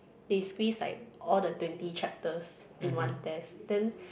they squeeze like all the twenty chapters in one test then